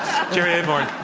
um jerry avorn.